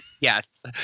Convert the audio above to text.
yes